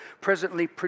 presently